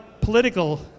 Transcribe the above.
political